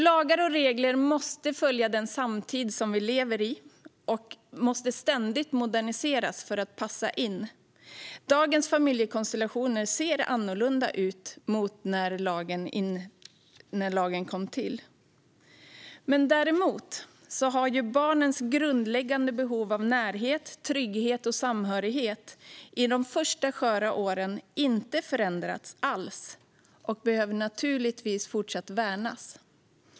Lagar och regler måste följa den samtid vi lever i och måste ständigt moderniseras. Dagens familjekonstellationer ser annorlunda ut jämfört med när lagen kom till. Däremot har barnens grundläggande behov av närhet, trygghet och samhörighet under de första sköra åren inte förändrats alls och behöver naturligtvis fortsätta värnas.